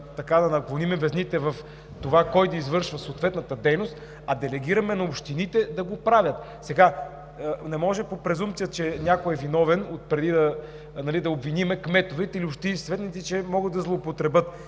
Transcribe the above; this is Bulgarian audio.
да наклоним везните в това кой да извършва съответната дейност, а делегираме на общините да го правят. Не може по презумпция, че някой е виновен отпреди да обвиним кметовете или общинските съветници, че могат да злоупотребят.